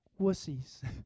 wussies